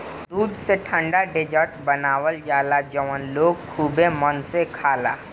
दूध से ठंडा डेजर्ट बनावल जाला जवन लोग खुबे मन से खाला